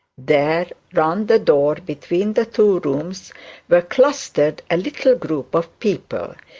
there round the door between the two rooms were clustered a little group of people,